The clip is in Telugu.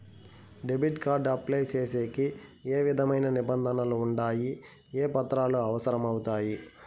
డెబిట్ కార్డు అప్లై సేసేకి ఏ విధమైన నిబంధనలు ఉండాయి? ఏ పత్రాలు అవసరం అవుతాయి?